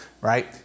right